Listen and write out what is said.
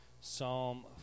psalm